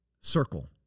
circle